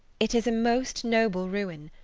it is a most noble ruin,